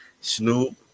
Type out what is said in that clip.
Snoop